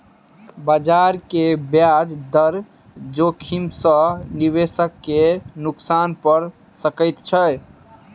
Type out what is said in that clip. बजार के ब्याज दर जोखिम सॅ निवेशक के नुक्सान भ सकैत छै